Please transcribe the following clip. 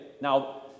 now